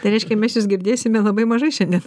tai reiškia mes jus girdėsime labai mažai šiandien